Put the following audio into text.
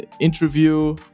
interview